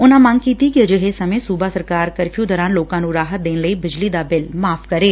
ਉਨਾਂ ਮੰਗ ਕੀਤੀ ਕਿ ਅਜਿਹੇ ਸਮੇ' ਸੁਬਾ ਸਰਕਾਰ ਕਰਫਿਉ ਦੌਰਾਨ ਲੋਕਾਂ ਨੰ ਰਾਹਤ ਦੇਣ ਲਈ ਬਿਜਲੀ ਦਾ ਬਿੱਲ ਮਾਫ਼ ਕਰੇ